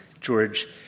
George